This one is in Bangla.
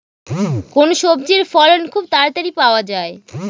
কোন সবজির ফলন খুব তাড়াতাড়ি পাওয়া যায়?